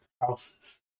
houses